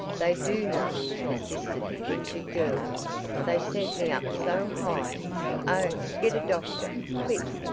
they do know, persisted the injured girl they sent me up so high oh, get a doctor, quick!